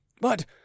But